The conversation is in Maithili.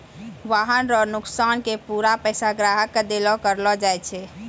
वाहन रो नोकसान के पूरा पैसा ग्राहक के देलो करलो जाय छै